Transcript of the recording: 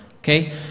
okay